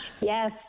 yes